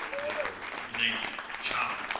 the name, char,